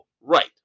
Right